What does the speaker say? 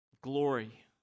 glory